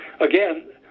Again